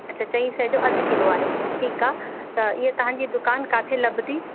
अच्छा चईं सै जो अधु किलो आहे ठीकु आहे त इअं तव्हांजी दुकान काथे लभंदी